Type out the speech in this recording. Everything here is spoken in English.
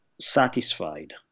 satisfied